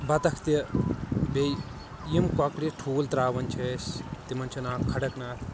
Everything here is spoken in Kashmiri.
بطخ تہِ بییٚہ یِم کۄکرِ ٹھوٗل تراوان چھِ اسۍ تمن چھُ ناو کھڑکناتھ